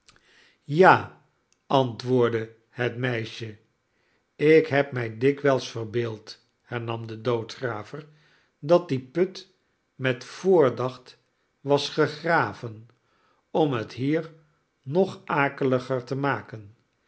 ja antwoordde het meisje ik heb mij dikwijls verbeeld hernam de doodgraver dat die put met voordacht was gegraven om het hier nog akeliger te maken